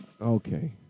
Okay